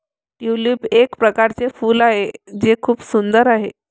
tulip एक प्रकारचे फूल आहे जे खूप सुंदर आहे